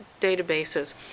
databases